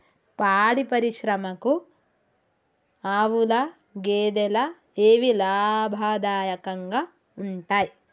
పాడి పరిశ్రమకు ఆవుల, గేదెల ఏవి లాభదాయకంగా ఉంటయ్?